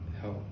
help